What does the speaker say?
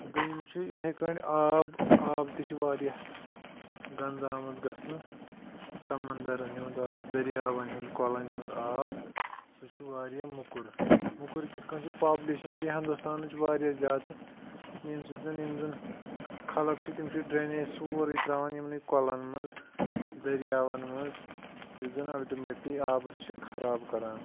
دٔیِم چھِ اِتھَے کٔنۍ آب آب تہِ چھِ واریاہ گَنٛدٕ آمُت گَژھنہٕ سَمندَرَن ہُنٛد آب دٔریاوَن ہُنٛد کۄلَن ہُنٛد آب سُہ چھُ واریاہ موٚکُر موٚکُر کِتھ کٔنۍ چھِ پاپلیشَن چھِ ہِندُستانٕچ واریاہ زیادٕ ییٚمہِ سۭتۍ زَن یِم زَن خلق چھِ تِم چھِ ڈرٛنیج سورُے ترٛاوان یِمنٕے کۄلَن منٛز دٔریاوَن منٛز یُس زَن اَلٹمیٹلی آبَس چھِ خراب کَران